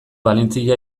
valentzia